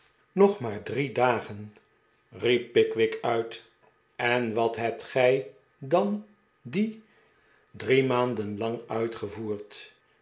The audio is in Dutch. nog maar drie dagen riep pickwick uit en wat hebt gij dan die drie maanden lang uitgevoerd